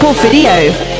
video